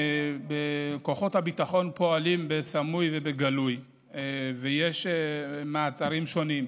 כוחות הביטחון פועלים בסמוי ובגלוי ויש מעצרים שונים.